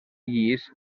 llis